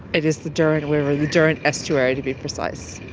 it is the derwent river, the derwent estuary, to be precise.